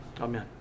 Amen